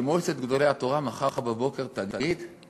שמועצת גדולי התורה מחר בבוקר תגיד: